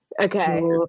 okay